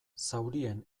zaurien